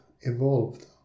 evolved